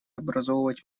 образовывать